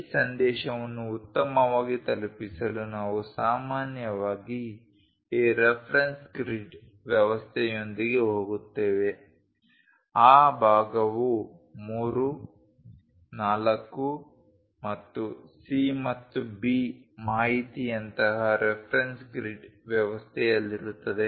ಈ ಸಂದೇಶವನ್ನು ಉತ್ತಮವಾಗಿ ತಲುಪಿಸಲು ನಾವು ಸಾಮಾನ್ಯವಾಗಿ ಈ ರೆಫರೆನ್ಸ್ ಗ್ರಿಡ್ ವ್ಯವಸ್ಥೆಯೊಂದಿಗೆ ಹೋಗುತ್ತೇವೆ ಆ ಭಾಗವು 3 4 ಮತ್ತು C ಮತ್ತು B ಮಾಹಿತಿಯಂತಹ ರೆಫರೆನ್ಸ್ ಗ್ರಿಡ್ ವ್ಯವಸ್ಥೆಯಲ್ಲಿರುತ್ತದೆ